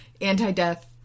anti-death